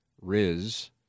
Riz